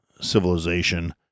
civilization